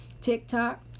TikTok